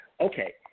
okay